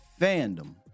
fandom